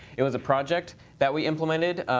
it was a project that we implemented.